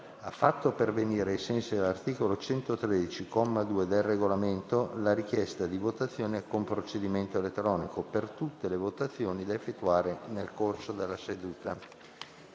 ha fatto pervenire, ai sensi dell'articolo 113, comma 2, del Regolamento, la richiesta di votazione con procedimento elettronico per tutte le votazioni da effettuare nel corso della seduta.